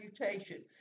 reputation